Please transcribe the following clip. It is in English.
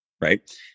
right